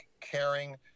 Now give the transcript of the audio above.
caring